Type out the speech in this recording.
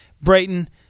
brayton